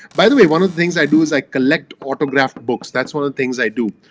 by the way one of the things i do is i collect autographed books that's one of the things i do.